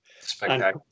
spectacular